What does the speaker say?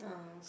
oh